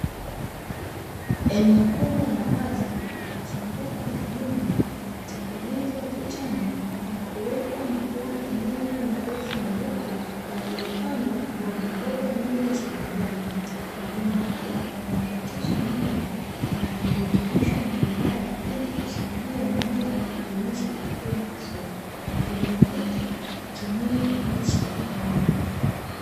Eneo kubwa la wazi lililozungukwa na nyumba limetngezwa vichanja na kuwekwa mabomba mengi marefu meupe, yaliyopandwa mbogamboga nyingi za majani. Mabomba haya yanapitisha maji na virutubisho mbalimbali ili kusaidia mimea iweze kukua vizuri na kilimo hiki hakitumii kabisa udongo.